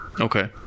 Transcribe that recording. Okay